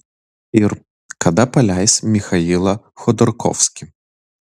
ir kada paleis michailą chodorkovskį